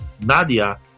Nadia